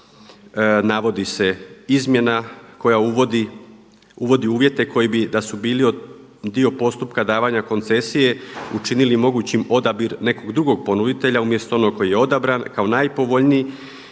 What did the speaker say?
navodi se izmjena koja uvodi uvjete koji bi da su bili dio postupka davanja koncesije učinili mogućim odabir nekog drugog ponuditelja umjesto onog koji je odabran kao najpovoljniji